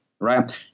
right